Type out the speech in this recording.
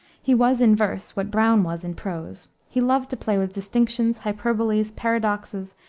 he was in verse what browne was in prose. he loved to play with distinctions, hyperboles, paradoxes,